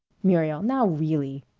muriel now really!